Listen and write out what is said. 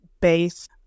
base